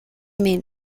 mean